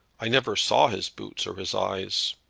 i never saw his boots or his eyes.